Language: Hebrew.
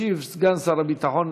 ישיב סגן שר הביטחון,